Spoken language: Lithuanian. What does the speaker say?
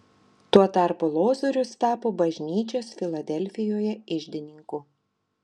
tuo tarpu lozorius tapo bažnyčios filadelfijoje iždininku